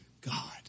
God